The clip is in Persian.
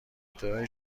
ابتدای